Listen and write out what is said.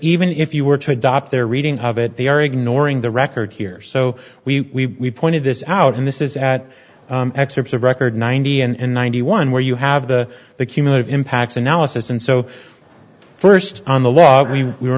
even if you were to adopt their reading of it they are ignoring the record here so we pointed this out and this is at excerpts of record ninety and ninety one where you have the the cumulative impacts analysis and so first on the law we